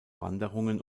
wanderungen